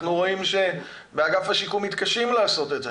אנחנו רואים שבאגף השיקום מתקשים לעשות את זה.